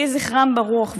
יהי זכרם ברוך.